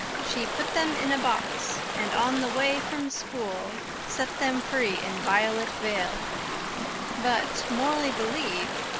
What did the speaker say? she put them in a box and on the way from school set them free in violet vale but morley believed,